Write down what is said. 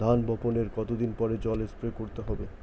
ধান বপনের কতদিন পরে জল স্প্রে করতে হবে?